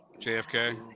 JFK